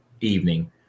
evening